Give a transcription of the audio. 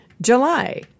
July